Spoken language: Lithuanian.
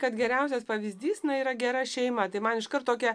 kad geriausias pavyzdys na yra gera šeima tai man iškart tokia